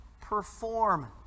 perform